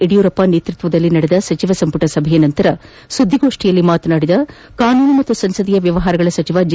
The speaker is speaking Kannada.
ಯಡಿಯೂರಪ್ಪ ನೇತೃತ್ವದಲ್ಲಿ ನಡೆದ ಸಚಿವ ಸಂಪುಟ ಸಭೆಯ ನಂತರ ಸುದ್ದಿಗೋಷ್ಠಿಯಲ್ಲಿ ಮಾತನಾಡಿದ ಕಾನೂನು ಮತ್ತು ಸಂಸದೀಯ ವ್ಯವಹಾರಗಳ ಸಚಿವ ಜೆ